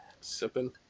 Sipping